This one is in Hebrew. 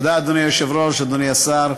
אדוני היושב-ראש, תודה, אדוני השר,